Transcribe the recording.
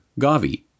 Gavi